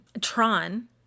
Tron